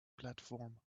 platform